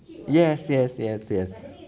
yes yes yes yes